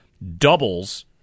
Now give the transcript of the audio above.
doubles